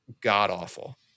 god-awful